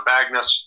Magnus